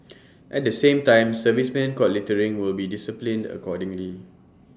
at the same time servicemen caught littering will be disciplined accordingly